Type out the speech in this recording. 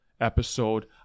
episode